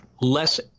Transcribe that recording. less –